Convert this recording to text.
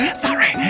sorry